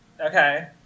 Okay